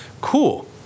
cool